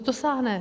Dosáhne.